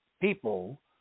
people